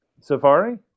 Safari